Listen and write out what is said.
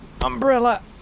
umbrella